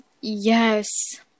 Yes